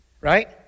right